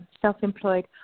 self-employed